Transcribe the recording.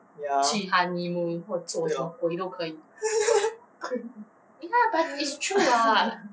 ya 对 lor 可以